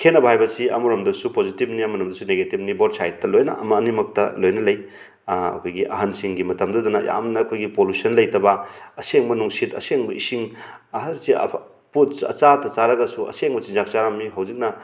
ꯈꯦꯠꯅꯕ ꯍꯥꯏꯕꯁꯤ ꯑꯃꯔꯣꯝꯗꯁꯨ ꯄꯣꯖꯤꯇꯤꯕꯅꯤ ꯑꯃꯔꯣꯝꯗꯁꯨ ꯅꯦꯒꯦꯇꯤꯕꯅꯤ ꯕꯣꯠ ꯁꯥꯏꯠ ꯂꯣꯏꯅ ꯑꯃ ꯑꯅꯤꯃꯛꯇ ꯂꯣꯏꯅ ꯂꯩ ꯑꯩꯈꯣꯏꯒꯤ ꯑꯍꯜꯁꯤꯡꯒꯤ ꯃꯇꯃꯗꯨꯗꯅ ꯌꯥꯝꯅ ꯑꯩꯈꯣꯏꯒꯤ ꯄꯣꯂꯨꯁꯟ ꯂꯩꯇꯕ ꯑꯁꯦꯡꯕ ꯅꯨꯡꯁꯤꯠ ꯑꯁꯦꯡꯕ ꯏꯁꯤꯡ ꯑꯍꯜꯁꯦ ꯄꯣꯠ ꯆꯥꯇ ꯆꯥꯔꯒꯁꯨ ꯑꯁꯦꯡꯕ ꯆꯤꯟꯖꯥꯛ ꯆꯥꯔꯝꯃꯤ ꯍꯧꯖꯤꯛꯅ